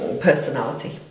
personality